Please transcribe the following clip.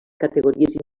categories